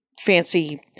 fancy